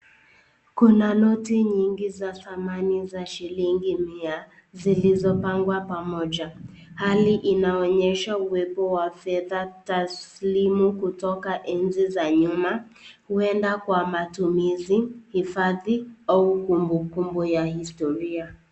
Kuna noti nyingi za zamani za shilingi mia zilizopangwa pamoja, hali inaonyesha uwepo wa fedha taslim kutoka enzi za nyuma, huenda kwa matumizi, hifadhi au kumbukumbu ya historia.